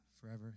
forever